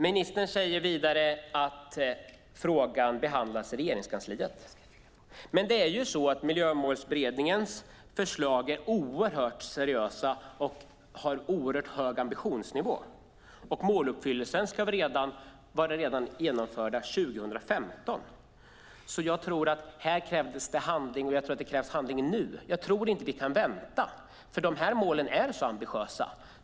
Ministern säger vidare att frågan behandlas i Regeringskansliet. Miljömålsberedningens förslag är oerhört seriösa och har oerhört hög ambitionsnivå. Måluppfyllelsen ska redan vara genomförd år 2015. Här krävs det handling nu. Jag tror inte att vi kan vänta. Dessa mål är ambitiösa.